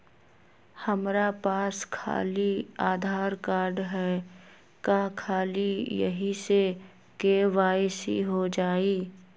हमरा पास खाली आधार कार्ड है, का ख़ाली यही से के.वाई.सी हो जाइ?